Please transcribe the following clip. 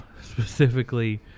Specifically